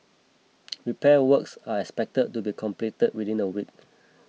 repair works are expected to be completed within a week